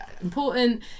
important